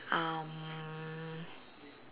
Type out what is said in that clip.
um